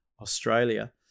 Australia